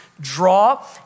draw